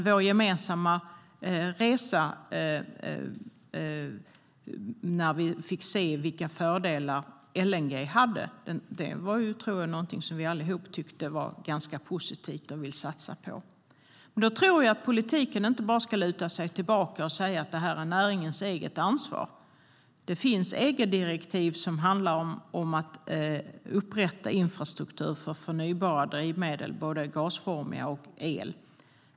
Vår gemensamma resa, när vi fick se vilka fördelar LNG hade, tror jag dock var någonting vi alla tyckte var ganska positivt och ville satsa på. Jag tycker inte att politiken bara ska luta sig tillbaka och säga att det här är näringens eget ansvar. Det finns EG-direktiv som handlar om att upprätta infrastruktur för förnybara drivmedel, både gasformiga och el.